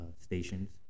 stations